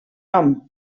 nom